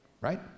Right